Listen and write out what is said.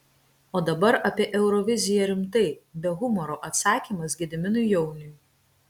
o dabar apie euroviziją rimtai be humoro atsakymas gediminui jauniui